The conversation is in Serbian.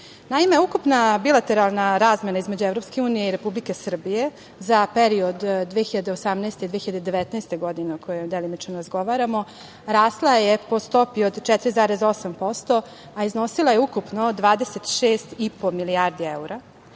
ukupna bilateralna razmena između Evropske unije i Republike Srbije za period 2018-2019. godine, o kojoj delimično razgovaramo, rasla je po stopi od 4,8%, a iznosila je ukupno 26,5 milijardi evra.